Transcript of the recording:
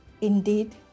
Indeed